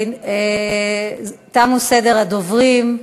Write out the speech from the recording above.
תם סדר הדוברים.